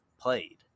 played